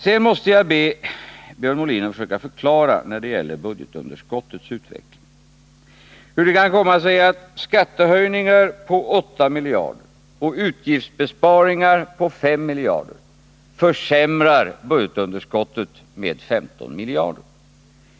Sedan måste jag beträffande budgetunderskottets utveckling be Björn Molin att försöka förklara hur det kommer sig att skattehöjningar på 8 miljarder och utgiftsbesparingar på 5 miljarder försämrar budgetunderskottet med 15 miljarder.